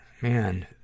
Man